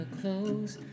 clothes